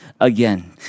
again